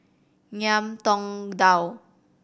Ngiam Tong Dow